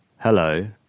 Hello